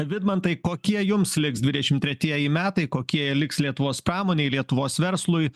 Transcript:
vidmantai kokie jums liks dvidešimt tretieji metai kokie jie liks lietuvos pramonei lietuvos verslui